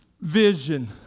Vision